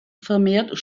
vermehrt